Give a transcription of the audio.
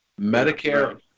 Medicare